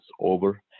over